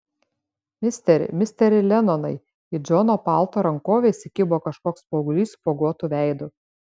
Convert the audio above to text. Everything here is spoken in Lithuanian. misteri misteri lenonai į džono palto rankovę įsikibo kažkoks paauglys spuoguotu veidu